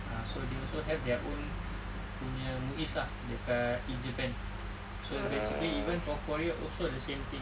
ah so they also have their own punya MUIS lah dekat in japan so basically even for korea also the same thing